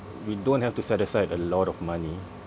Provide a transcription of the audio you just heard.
we don't have to set aside a lot of money